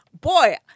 boy